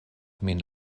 min